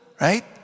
right